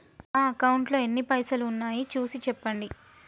నా అకౌంట్లో ఎన్ని పైసలు ఉన్నాయి చూసి చెప్పండి?